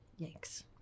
Yikes